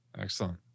excellent